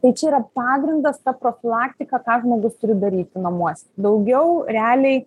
tai čia yra pagrindas ta profilaktika ką žmogus turi daryti namuose daugiau realiai